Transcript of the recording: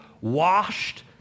washed